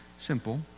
Simple